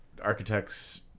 architects